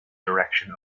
direction